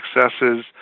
successes